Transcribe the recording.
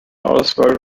auswahl